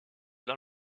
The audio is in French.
dans